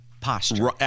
posture